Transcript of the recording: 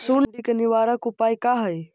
सुंडी के निवारक उपाय का हई?